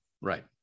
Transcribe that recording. Right